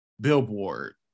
billboard